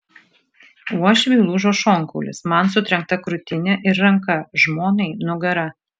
uošviui lūžo šonkaulis man sutrenkta krūtinė ir ranka žmonai nugara